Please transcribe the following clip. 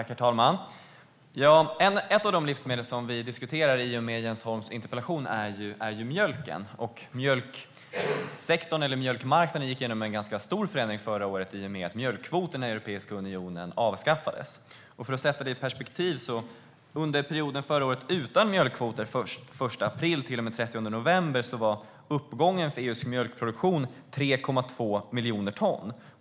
Herr talman! Ett av de livsmedel som vi diskuterar i och med Jens Holms interpellation är mjölken. Mjölksektorn och mjölkmarknaden gick igenom en ganska stor förändring förra året i och med att mjölkkvoten i Europeiska unionen avskaffades. För att sätta det i lite perspektiv: Under perioden utan mjölkkvoter förra året, den 1 april till och med den 30 november, var uppgången för EU:s mjölkproduktion 3,2 miljoner ton.